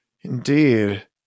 Indeed